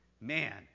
Man